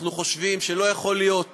אנחנו חושבים שלא יכול להיות